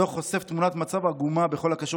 הדוח חושף תמונת מצב עגומה בכל הקשור